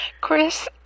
Chris